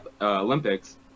Olympics